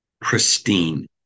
pristine